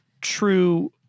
true